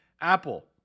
Apple